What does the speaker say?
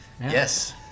Yes